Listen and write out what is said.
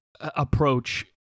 approach